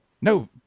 No